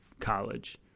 college